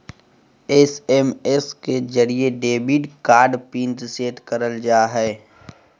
SMS के जरिये debit card pin reset करल जा हय